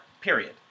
Period